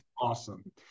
awesome